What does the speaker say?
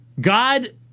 God